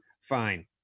fine